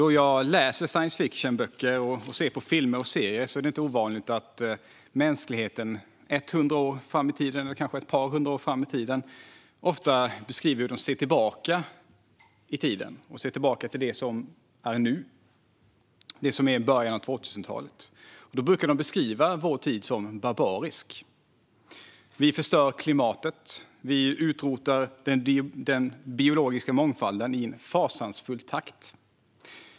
I science fiction-böcker, filmer och serier är det inte ovanligt att man hundra år eller kanske ett par hundra år fram i tiden ser tillbaka på det som nu är nutid, början av 2000-talet, och beskriver vår tid som barbarisk. Vi förstör klimatet och utrotar den biologiska mångfalden i en fasansfull takt.